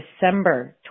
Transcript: December